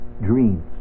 dreams